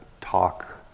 talk